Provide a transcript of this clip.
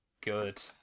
good